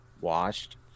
washed